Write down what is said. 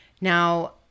Now